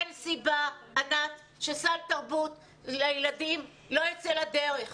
אין סיבה, ענת, שסל תרבות לילדים לא יצא לדרך.